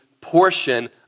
portion